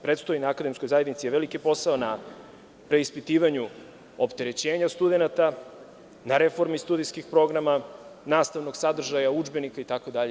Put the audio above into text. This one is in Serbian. Predstoji akademskoj zajednici jedan veliki posao na preispitivanju opterećenja studenata, na reformi studijskih programa, nastavnog sadržaja, udžbenika itd.